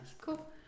Cool